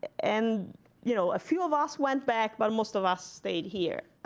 and you know a few of us went back, but most of us stayed here.